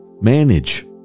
manage